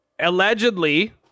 allegedly